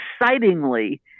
excitingly